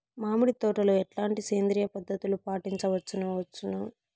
మామిడి తోటలో ఎట్లాంటి సేంద్రియ పద్ధతులు పాటించవచ్చును వచ్చును?